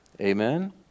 Amen